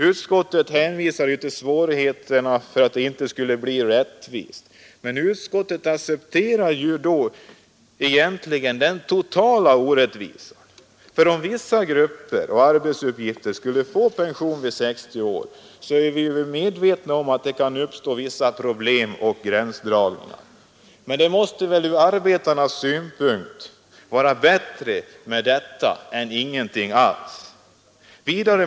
Utskottet hänvisar till svårigheterna att åstadkomma ett rättvist system, men då accepterar ju utskottet egentligen den totala orättvisan. Om nämligen grupper med vissa arbetsuppgifter skulle få pension vid 60 år, är vi medvetna om att det visserligen kan uppstå gränsdragningsproblem, men detta måste väl från arbetarnas synpunkt vara bättre än att ingenting alls görs.